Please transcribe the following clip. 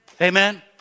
Amen